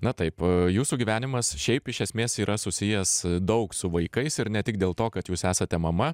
na taip jūsų gyvenimas šiaip iš esmės yra susijęs daug su vaikais ir ne tik dėl to kad jūs esate mama